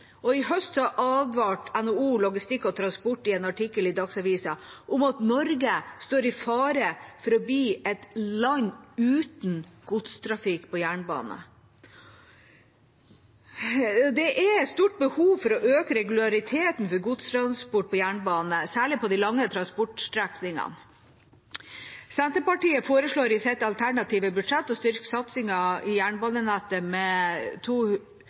vei. I høst advarte NHO Logistikk og transport i en artikkel i Dagsavisen om at Norge står i fare for å bli et land uten godstrafikk på jernbane. Det er et stort behov for å øke regulariteten for godstransport på jernbane, særlig på de lange transportstrekningene. Senterpartiet foreslår i sitt alternative budsjett å styrke satsingen i jernbanenettet med